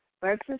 versus